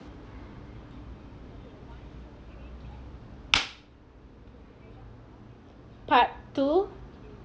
part two